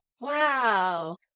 Wow